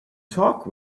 talk